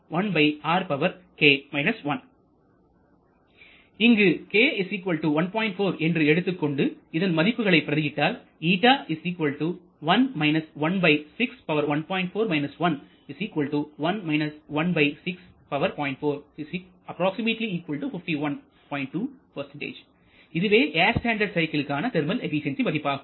4 என்று எடுத்துக்கொண்டு இதன் மதிப்புகளை பிரதி இட்டால் இதுவே ஏர் ஸ்டாண்டட் சைக்கிளுக்கு ஆன தெர்மல் எபிசென்சி மதிப்பாகும்